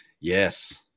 Yes